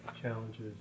Challenges